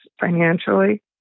financially